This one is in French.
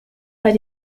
pas